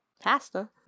pasta